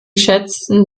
schätzen